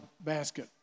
basket